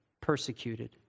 persecuted